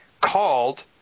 called